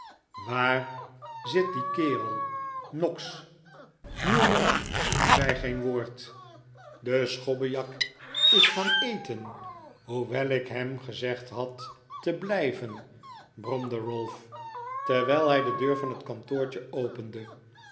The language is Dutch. waar zit die kerel noggs newman zei geen woord de schobbejak is gaan eten hoewel ik hem gezegd had te blijven bromde ralph terwijl hij de deur van het kantoortje opende